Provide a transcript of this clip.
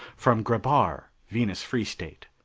from grebhar, venus free state.